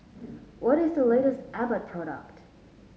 what is the latest Abbott product